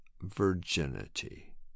virginity